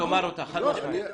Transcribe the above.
תאמר אותה חד משמעי.